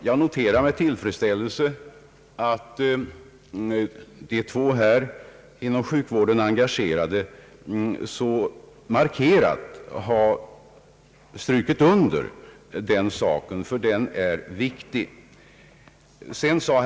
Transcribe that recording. Jag noterar med tillfredsställelse, att de två här inom sjukvården engagerade talarna så markerat understrukit denna viktiga sak.